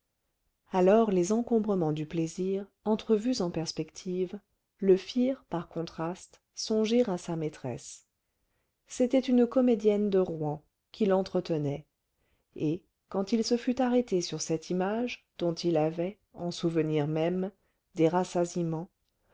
alors les encombrements du plaisir entrevus en perspective le firent par contraste songer à sa maîtresse c'était une comédienne de rouen qu'il entretenait et quand il se fut arrêté sur cette image dont il avait en souvenir même des